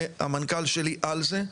והמנכ"ל שלי על זה,